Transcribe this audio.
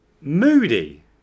Moody